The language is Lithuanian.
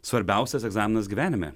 svarbiausias egzaminas gyvenime